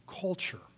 culture